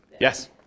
Yes